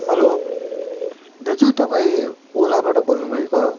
hello दाजु तपाईँ ओलाबाट बोल्नुभएको